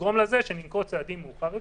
יגרמו לזה שננקוט צעדים מאוחר יותר,